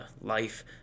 life